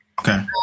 Okay